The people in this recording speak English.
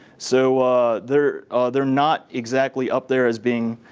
so they're they're not exactly up there as being